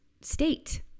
state